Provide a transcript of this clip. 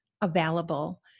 available